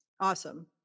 awesome